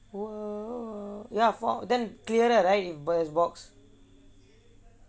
!whoa! ya four then clearer right if but it's box